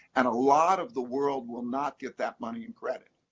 and a lot of the world will not get that money in credit.